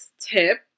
tip